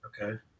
Okay